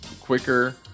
quicker